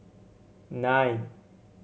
nine